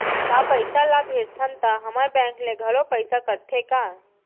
का पइसा ला भेजथन त हमर बैंक ले घलो पइसा कटथे का?